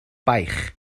baich